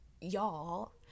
y'all